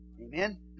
Amen